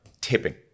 tipping